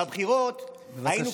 בבחירות היינו כוחות האופל,